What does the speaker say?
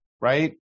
right